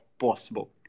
possible